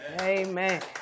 Amen